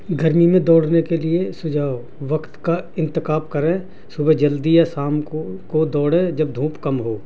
گرمی میں دوڑنے کے لیے سجھاؤ وقت کا انتخاب کریں صبح جلدی یا شام کو دوڑیں جب دھوپ کم ہو